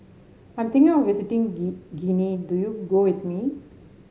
I'm thinking of visiting Guinea do you go with me